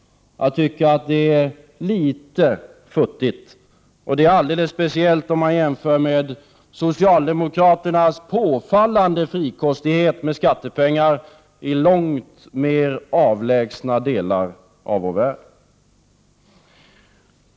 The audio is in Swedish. Jag tycker att det är litet futtigt, och det alldeles speciellt om man jämför med socialdemokraternas påfallande frikostighet med skattepengar i långt avlägsnare delar av vår värld.